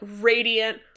radiant